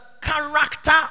character